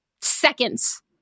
seconds